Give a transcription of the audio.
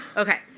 ok,